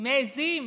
מעיזים